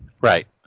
Right